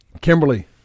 Kimberly